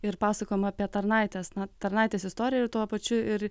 ir pasakojama apie tarnaitės na tarnaitės istoriją ir tuo pačiu ir